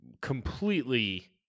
Completely